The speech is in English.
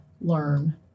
learn